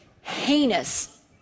heinous